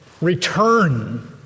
Return